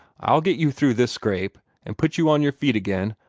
i'll get you through this scrape, and put you on your feet again,